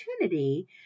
opportunity